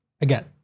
Again